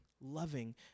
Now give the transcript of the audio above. loving